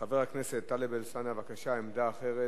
חבר הכנסת טלב אלסאנע, בבקשה, עמדה אחרת.